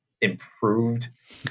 improved